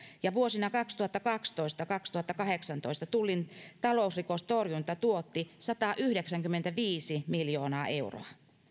ja vuosina kaksituhattakaksitoista viiva kaksituhattakahdeksantoista tullin talousrikostorjunta tuotti satayhdeksänkymmentäviisi miljoonaa euroa